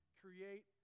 create